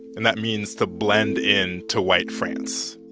and that means to blend in to white france.